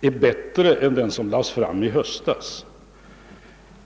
är bättre än den som lades fram i höstas.